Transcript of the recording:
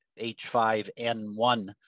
H5N1